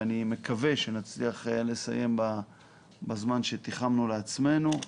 ואני מקווה שנצליח לסיים בזמן שתחמנו לעצמנו,